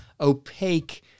opaque